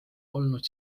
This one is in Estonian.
olnud